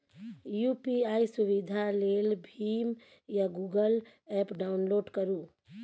UPI सुविधा लेल भीम या गुगल एप्प डाउनलोड करु